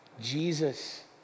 Jesus